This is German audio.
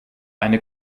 eine